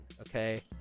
okay